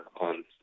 on